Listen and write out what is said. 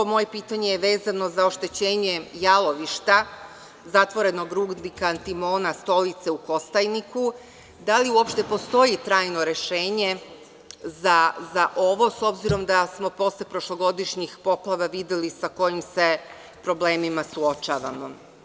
Moje pitanje je vezano za oštećenje jalovišta zatvorenog Rudnika antimona „Stolice“ u Kostajniku, da li uopšte postoji trajno rešenje za ovo, s obzirom da smo posle prošlogodišnjih poplava videli sa kojim se problemima suočavamo?